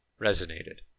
resonated